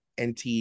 NT